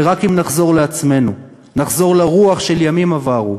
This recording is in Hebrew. ורק אם נחזור לעצמנו, נחזור לרוח של ימים עברו,